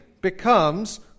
becomes